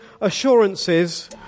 assurances